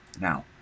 Now